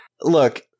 Look